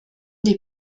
dei